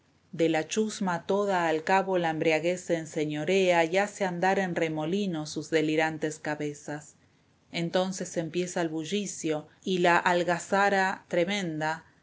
de la chusma toda al cabo la embriaguez se enseñorea y hace andar en remolino sus delirantes cabezas entonce empieza el bullicio y la algazara tremenda